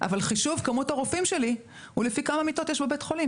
אבל חישוב כמות הרופאים שלי הוא לפי כמה מיטות יש בבית החולים.